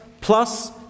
plus